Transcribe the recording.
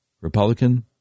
Republican